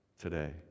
today